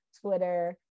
Twitter